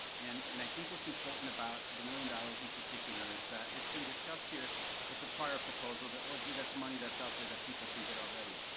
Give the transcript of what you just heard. and and i think what's important about the one million dollars in particular is that it's been discussed here with the prior proposal that well, gee, that's money that's out there that people can get already.